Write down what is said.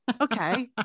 okay